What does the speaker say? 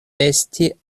esti